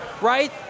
right